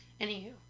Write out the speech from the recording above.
Anywho